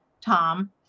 Tom